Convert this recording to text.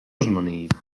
uzmanību